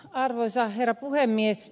arvoisa herra puhemies